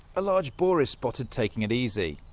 a large boar is spotted taking it easy.